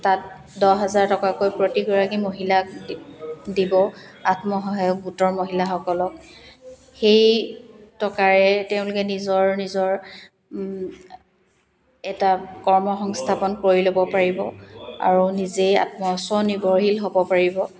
তাত দহ হাজাৰ টকাকৈ প্ৰতিগৰাকী মহিলাক দিব আত্মসহায়ক গোটৰ মহিলাসকলক সেই টকাৰে তেওঁলোকে নিজৰ নিজৰ এটা কৰ্মসংস্থাপন কৰি ল'ব পাৰিব আৰু নিজে আত্ম স্বনিৰ্ভৰশীল হ'ব পাৰিব